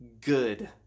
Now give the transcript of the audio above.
good